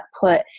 put